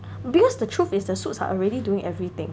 because the truth is the suits are already doing everything